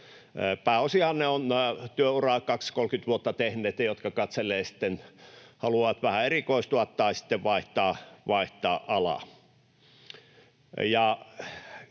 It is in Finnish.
Pääosinhan he ovat työuraa 20—30 vuotta tehneitä, jotka katselevat sitten, haluavat vähän erikoistua tai sitten vaihtaa alaa.